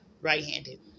right-handed